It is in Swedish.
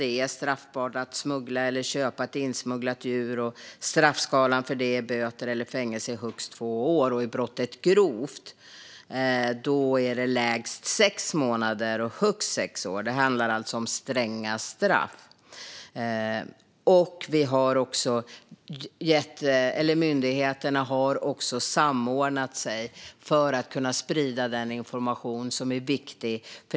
Det är straffbart att smuggla eller köpa ett insmugglat djur, och straffskalan för detta är böter eller fängelse i högst två år. Om brottet är grovt är det lägst sex månader och högst sex år. Det handlar alltså om stränga straff. Myndigheterna har också samordnat sig för att kunna sprida den information som är viktig.